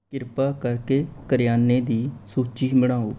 ਕਿਰਪਾ ਕਰਕੇ ਕਰਿਆਨੇ ਦੀ ਸੂਚੀ ਬਣਾਓ